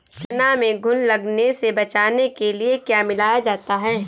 चना में घुन लगने से बचाने के लिए क्या मिलाया जाता है?